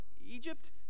Egypt